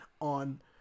on